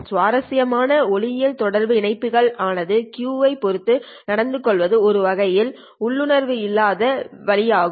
சுவாரஸ்யமாக ஒளியியல் தொடர்பு இணைப்புகள் ஆனது Q ஐ பொறுத்து நடந்துகொள்வது ஒரு வகையான உள்ளுணர்வு இல்லாதது வழியாகும்